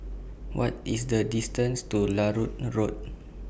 What IS The distance to Larut Road